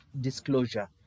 disclosure